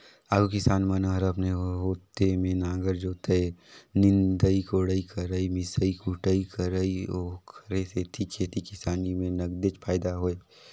आघु किसान मन हर अपने हाते में नांगर जोतय, निंदई कोड़ई करयए मिसई कुटई करय ओखरे सेती खेती किसानी में नगदेच फायदा होय